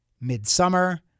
Midsummer